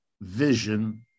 vision